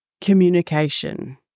communication